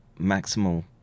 maximal